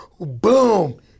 boom